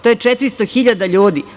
To je 400.000 ljudi.